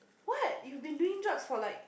what you've been doing drugs for like